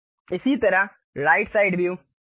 इसी तरह right side view